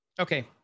Okay